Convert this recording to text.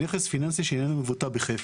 נכס פיננסי שאיננו מבוטא בחפץ.